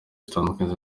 zitandukanye